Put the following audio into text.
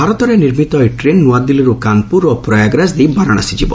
ଭାରତରେ ନିର୍ମିତ ଏହି ଟ୍ରେନ୍ ନୂଆଦିଲ୍ଲୀରୁ କାନ୍ପୁର ଓ ପ୍ରୟାଗରାଜ ଦେଇ ବାରାଶାସୀ ଯିବ